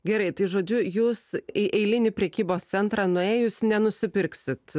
gerai tai žodžiu jūs į eilinį prekybos centrą nuėjus nenusipirksit